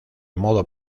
modo